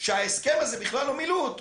שאת ההסכם הזה בכלל לא מילאו.